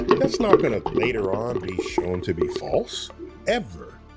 that's not going to later on be shown to be false ever.